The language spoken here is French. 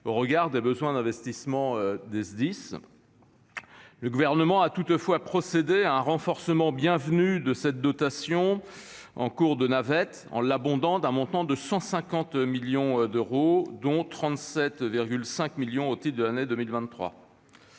au regard des besoins d'investissement des Sdis. Le Gouvernement a toutefois procédé à un renforcement bienvenu de cette dotation durant l'examen de ce PLF, en l'abondant d'un montant de 150 millions d'euros, dont 37,5 millions au titre de l'année 2023.